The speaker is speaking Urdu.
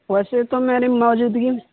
ویسے تو میری موجودگی میں